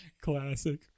Classic